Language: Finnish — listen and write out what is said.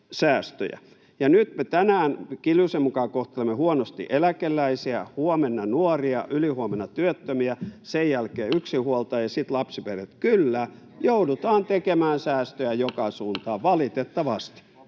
Nyt me tänään Kiljusen mukaan kohtelemme huonosti eläkeläisiä, huomenna nuoria, ylihuomenna työttömiä, sen jälkeen yksinhuoltajia ja sitten lapsiperheitä. Kyllä, joudutaan tekemään säästöjä joka suuntaan, valitettavasti.